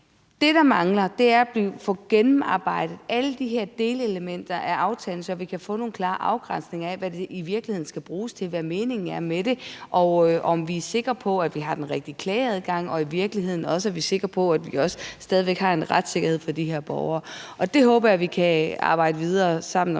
det, der mangler, er at få gennemarbejdet alle de her delelementer af aftalen, så vi kan få nogle klare afgrænsninger af, hvad det i virkeligheden skal bruges til, hvad meningen er med det, og om vi er sikre på, at vi har den rigtige klageadgang, og i virkeligheden også, at vi er sikre på, at vi også stadig væk har en retssikkerhed for de her borgere. Det håber jeg vi sammen kan arbejde videre omkring